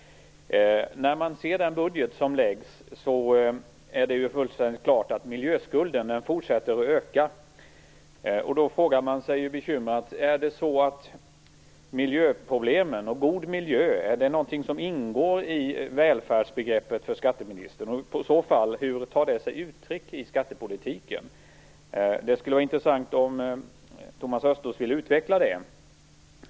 När man ser på den budget som presenteras är det fullständigt klart att miljöskulden fortsätter att öka. Då frågar man sig bekymrat om miljöproblemen och god miljö är något som ingår i skatteministerns välfärdsbegrepp. Och hur tar det i så fall sig uttryck i skattepolitiken? Det skulle vara intressant om Thomas Östros ville utveckla det.